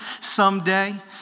someday